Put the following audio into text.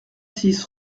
six